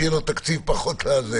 שיהיה לו פחות תקציב.